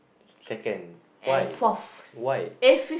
second why why